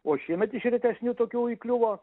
o šiemet iš retesnių tokių įkliuvo